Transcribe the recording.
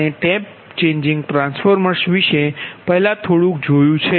આપણે tap changing transformers વિશે પહેલાં થોડુંક જોયુ છે